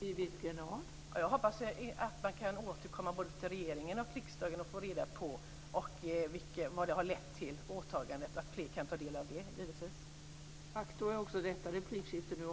Fru talman! Jag hoppas att man kan återkomma till både regering och riksdag och få reda på vad åtagandet har lett till, och jag hoppas givetvis att fler kan ta del av det.